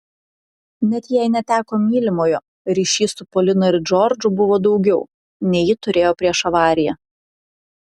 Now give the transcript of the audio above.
net jei neteko mylimojo ryšys su polina ir džordžu buvo daugiau nei ji turėjo prieš avariją